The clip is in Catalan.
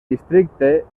districte